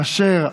יעקב אשר,